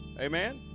Amen